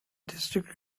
district